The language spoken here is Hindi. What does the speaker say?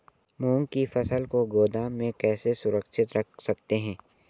मूंग की फसल को गोदाम में कैसे सुरक्षित रख सकते हैं?